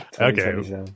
Okay